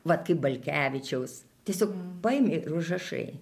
vat kaip balkevičiaus tiesiog paimi ir užrašai